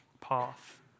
path